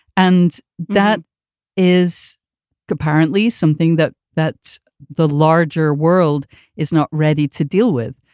and that is apparently something that that's the larger world is not ready to deal with.